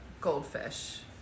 goldfish